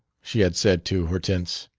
she had said to hortense,